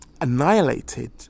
annihilated